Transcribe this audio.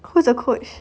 who's the coach